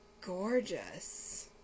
gorgeous